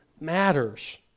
matters